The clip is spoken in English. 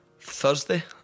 Thursday